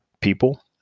people